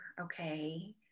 Okay